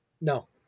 No